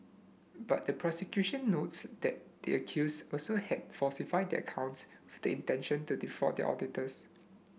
but the prosecution notes that the accused also had falsified their accounts the intention to defraud their auditors